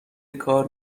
کار